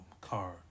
car